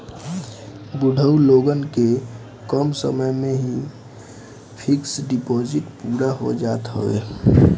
बुढ़ऊ लोगन के कम समय में ही फिक्स डिपाजिट पूरा हो जात हवे